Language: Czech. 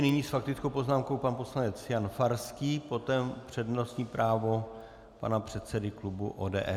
Nyní s faktickou poznámkou pan poslanec Jan Farský, potom přednostní právo pana předsedy klubu ODS.